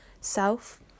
self